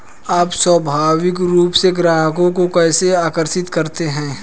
आप स्वाभाविक रूप से ग्राहकों को कैसे आकर्षित करते हैं?